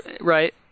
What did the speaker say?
Right